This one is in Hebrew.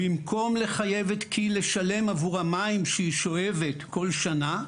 במקום לחייב את כי"ל לשלם עבור המים שהיא שואבת כל שנה,